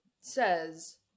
says